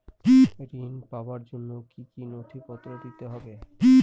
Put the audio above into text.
ঋণ পাবার জন্য কি কী নথিপত্র দিতে হবে?